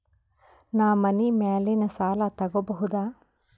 ನಾ ಮನಿ ಮ್ಯಾಲಿನ ಸಾಲ ತಗೋಬಹುದಾ?